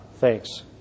Thanks